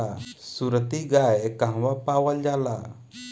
सुरती गाय कहवा पावल जाला?